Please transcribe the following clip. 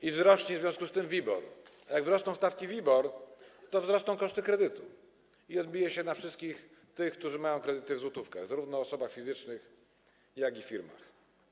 I wzrośnie w związku z tym WIBOR, a jak wzrosną stawki WIBOR, to wzrosną koszty kredytów i odbije się to na wszystkich tych, którzy mają kredyty w złotówkach, zarówno na osobach fizycznych, jak i na firmach.